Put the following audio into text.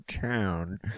town